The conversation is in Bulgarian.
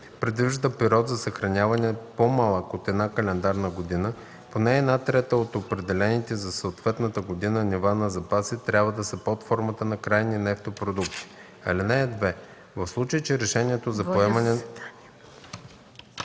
предвижда период за съхраняване, по-малък от една календарна година, поне една трета от определените за съответната година нива на запаси трябва да са под формата на крайни нефтопродукти. (2) В случай че решението за поемане